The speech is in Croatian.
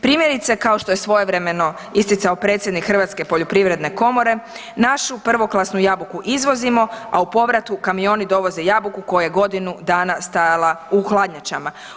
Primjerice kao što je svojevremeno isticao predsjednik Hrvatske poljoprivredne komore, našu prvoklasnu jabuku uvozimo, a u povratu kamioni dovoze jabuku koja je godina dana stajala u hladnjačama.